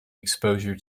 exposure